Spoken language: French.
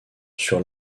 sur